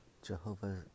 Jehovah